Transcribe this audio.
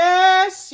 Yes